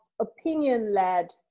opinion-led